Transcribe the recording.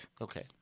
Okay